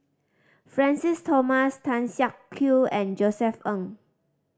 Francis Thomas Tan Siak Kew and Josef Ng